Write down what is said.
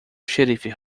xerife